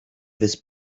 this